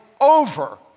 over